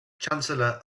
chancellor